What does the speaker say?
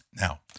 Now